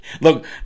look